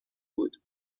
بود